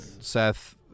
Seth